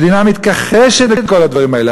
המדינה מתכחשת לכל הדברים האלה.